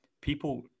people